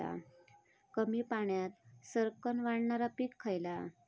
कमी पाण्यात सरक्कन वाढणारा पीक खयला?